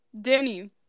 Danny